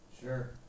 Sure